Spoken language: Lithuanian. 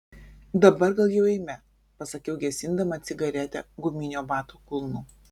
dabar gal jau eime pasakiau gesindama cigaretę guminio bato kulnu